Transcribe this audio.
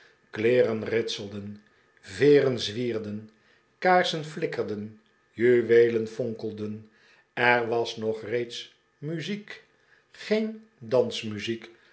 kleeren ritselden veeren zwierden kaarsen flikkerden juweelen fonkelden er was ook reeds muziek geeii